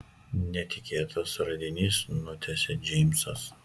netikėtas radinys nutęsia džeimsas